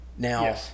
Now